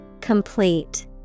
Complete